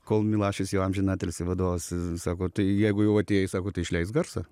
kol milašius jau amžiną atilsį vadovas sako tai jeigu jau atėjai sako tai išleis garsą